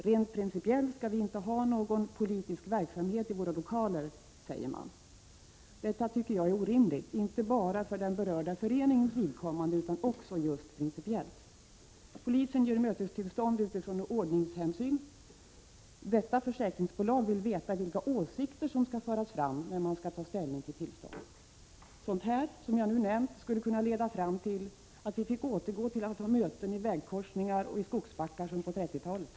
Rent principiellt skall vi inte ha någon politisk verksamhet i våra lokaler, säger man. Detta tycker jag är orimligt, inte bara för den berörda föreningens vidkommande utan också just principiellt. Polisen ger mötestillstånd utifrån ordningshänsyn. Detta försäkringsbolag vill veta vilka åsikter som skall föras fram när man tar ställning till tillstånd. Sådant här, som jag nu nämnt, skulle kunna leda till att vi fick återgå till att — Prot. 1986/87:124 ha möten i vägkorsningar och skogsbackar, som på 30-talet.